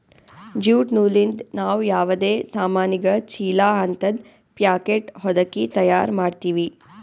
jute ನೂಲಿಂದ್ ನಾವ್ ಯಾವದೇ ಸಾಮಾನಿಗ ಚೀಲಾ ಹಂತದ್ ಪ್ಯಾಕೆಟ್ ಹೊದಕಿ ತಯಾರ್ ಮಾಡ್ತೀವಿ